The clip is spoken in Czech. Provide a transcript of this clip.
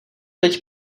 teď